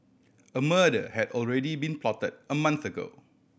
a murder had already been plotted a month ago